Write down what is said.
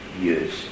years